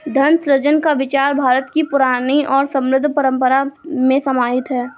धन सृजन का विचार भारत की पुरानी और समृद्ध परम्परा में समाहित है